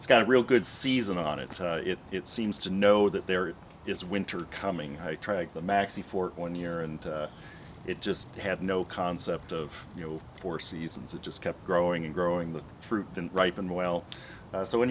it's got a real good season on it it seems to know that there is winter coming high track the maxi for one year and it just had no concept of you know four seasons it just kept growing and growing the fruit and ripe and well so when